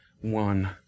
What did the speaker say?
one